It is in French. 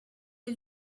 est